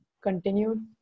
continued